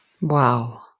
Wow